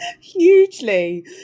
hugely